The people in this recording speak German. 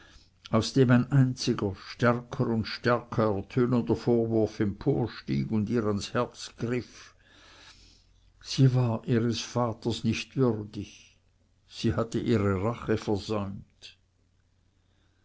aus dem ein einziger stärker und stärker ertönender vorwurf emporstieg und ihr ans herz griff sie war ihres vaters nicht würdig sie hatte ihre rache versäumt